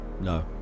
No